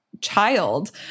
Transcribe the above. child